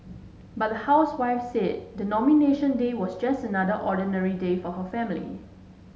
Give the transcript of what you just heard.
but the housewife said the Nomination Day was just another ordinary day for her family